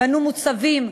בנו מוצבים,